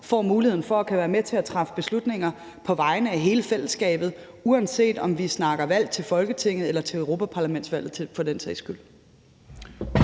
får muligheden for at kunne være med til at træffe beslutninger på vegne af hele fællesskabet, uanset om vi snakker valg til Folketinget eller til Europa-Parlamentet for den sags skyld.